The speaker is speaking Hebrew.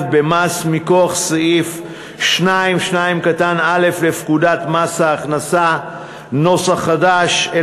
במס מכוח סעיף 2(2)(א) לפקודת מס הכנסה [נוסח חדש],